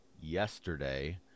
yesterday